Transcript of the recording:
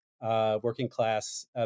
working-class